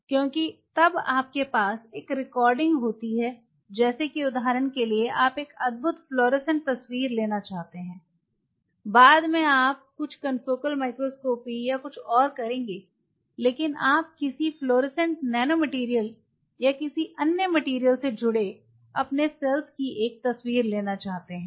क्योंकि तब आपके पास एक रिकॉर्डिंग होती है जैसे कि उदाहरण के लिए आप एक अद्भुत फ्लोरोसेंट तस्वीर लेना चाहते हैं बाद में आप कुछ कनफोकल माइक्रोस्कोपी या कुछ और करेंगे लेकिन आप किसी फ्लोरोसेंट नैनोमटेरियल या किसी अन्य मटेरियल से जुड़े अपने सेल्स की एक तस्वीर लेना चाहते हैं